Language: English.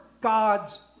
God's